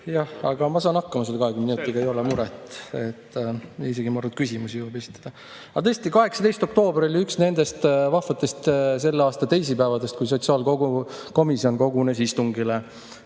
Jah. Ma saan hakkama selle 20 minutiga, ei ole muret. Isegi ma arvan, et küsimusi jõuab esitada. Aga tõesti, 18. oktoober oli üks nendest vahvatest selle aasta teisipäevadest, kui sotsiaalkomisjon kogunes istungile